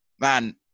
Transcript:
man